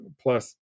Plus